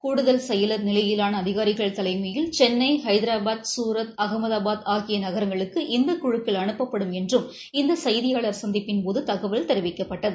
கூடுதல் செயலர் நிலையிலான அதிகாரிகள் தலைமையில் சென்னை னஹதராபாத் சசூரத் அகமதாபாத் ஆகிய நகரங்களுக்கு இந்த குழுக்கள் அனுப்பப்படும் என்றும் இந்த செய்தியாளர் சந்திப்பின்போது தகவல் தெரிவிக்கப்பட்டது